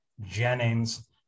Jennings